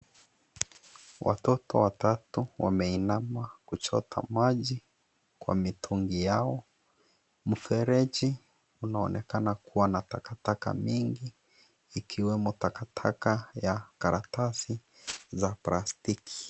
Watoto watatu wameinama kuchota maji kwa mitungi yao. Mfereji unaonekana kuwa na takataka mingi, ikiwemo takataka ya karatasi za plastiki.